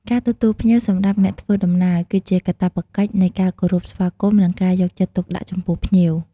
ការទទួលភ្ញៀវសម្រាប់អ្នកធ្វើដំណើរ គឺជាកាតព្វកិច្ចនៃការគោរពស្វាគមន៍ និងការយកចិត្តទុកដាក់ចំពោះភ្ញៀវ។